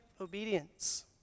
obedience